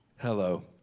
hello